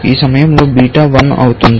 ఈ సమయంలో బీటా 1 అవుతుంది